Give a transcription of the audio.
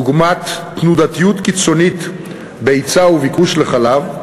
דוגמת תנודתיות קיצונית בהיצע וביקוש לחלב,